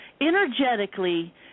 energetically